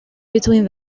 between